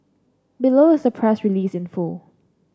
below is the press release in full